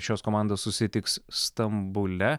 šios komandos susitiks stambule